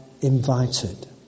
invited